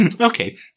Okay